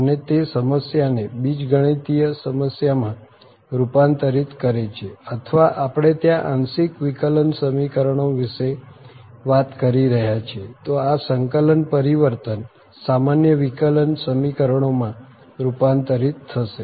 અને તે સમસ્યાને બીજગણિતીય સમસ્યામાં રૂપાંતરિત કરે છે અથવા આપણે ત્યાં આંશિક વિકલન સમીકરણો વિશે વાત કરી રહ્યા છીએ તો આ સંકલન પરિવર્તન સામાન્ય વિકલન સમીકરણોમાં રૂપાંતરિત થશે